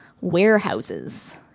warehouses